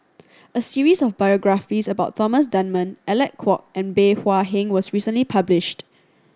a series of biographies about Thomas Dunman Alec Kuok and Bey Hua Heng was recently published